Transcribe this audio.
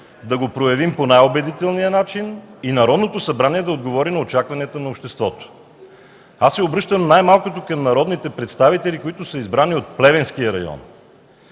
да го проявим по най-убедителния начин и Народното събрание да отговори на очакванията на обществото. Аз се обръщам най-малкото към народните представители, които са избрани от Плевенския район.